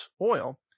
oil